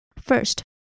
First